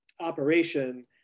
operation